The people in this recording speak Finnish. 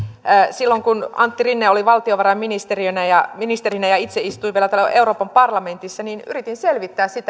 silloin kun antti rinne oli valtiovarainministerinä ja itse istuin vielä tuolla euroopan parlamentissa yritin selvittää